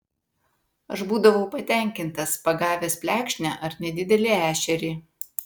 aš būdavau patenkintas pagavęs plekšnę ar nedidelį ešerį